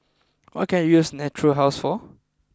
what can I use Natura House for